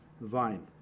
vine